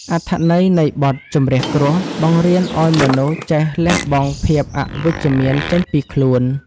អត្ថន័យនៃបទ ជម្រះគ្រោះ បង្រៀនឱ្យមនុស្សចេះលះបង់ភាពអវិជ្ជមានចេញពីខ្លួន។